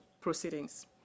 proceedings